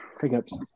pickups